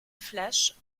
flash